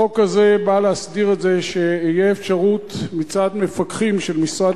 החוק הזה בא להסדיר את זה שתהיה אפשרות מצד מפקחים של משרד